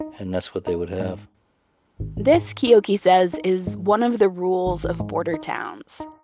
and that's what they would have this, keoki says, is one of the rules of border towns.